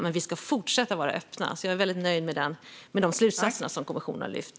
Men vi ska fortsätta vara öppna. Jag är alltså väldigt nöjd med de slutsatser som kommissionen har lyft.